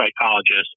psychologist